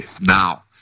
now